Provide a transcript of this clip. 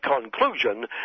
conclusion